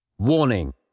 Warning